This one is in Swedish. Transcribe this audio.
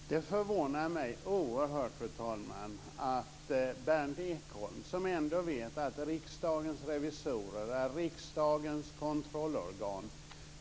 Fru talman! Berndt Ekholm förvånar mig oerhört, fru talman. Han vet ändå att Riksdagens revisorer är riksdagens kontrollorgan.